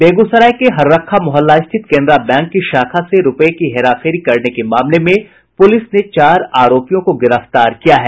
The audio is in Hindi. बेगूसराय के हर्रखा मुहल्ला स्थित केनरा बैंक की शाखा से रूपये की हेराफेरी करने के मामले में पुलिस ने चार आरोपियों को गिरफ्तार किया है